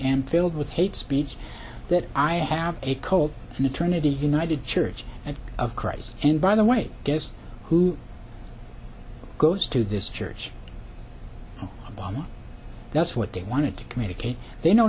am filled with hate speech that i have a cold and eternity united church of christ and by the way guess who goes to this church bombing that's what they want to communicate they know